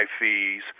fees